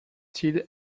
till